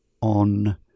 on